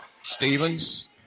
Stevens